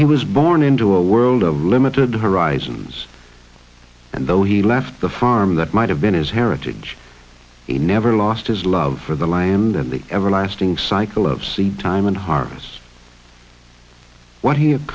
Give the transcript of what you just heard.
it was born into a world of limited horizons and though he left the farm that might have been his heritage he never lost his love for the land and the everlasting cycle of seed time and harvests what he